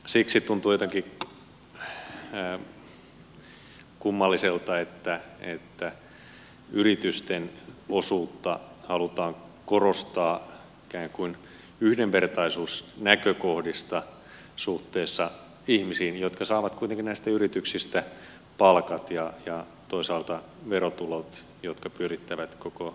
siksi tuntuu jotenkin kummalliselta että yritysten osuutta halutaan korostaa ikään kuin yhdenvertaisuusnäkökohdista suhteessa ihmisiin jotka saavat kuitenkin näistä yrityksistä palkat ja toisaalta verotulot jotka hyödyttävät koko yhteiskuntaa